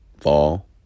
fall